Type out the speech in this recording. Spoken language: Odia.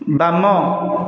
ବାମ